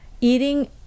eating